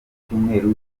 icyumweru